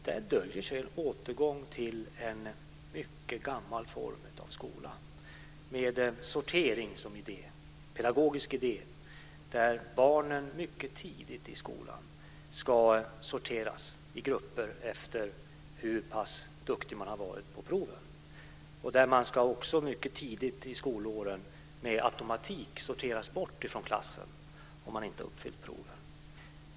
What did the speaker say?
Där döljer sig en återgång till en mycket gammal form av skola med sortering som en pedagogisk idé, där barnen mycket tidigt i skolan ska sorteras i grupper efter hur pass duktig man har varit på proven och där man också mycket tidigt i skolåren med automatik ska sorteras bort från klassen om man inte uppfyllt provkraven.